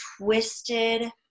twisted